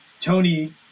Tony